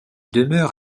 demeure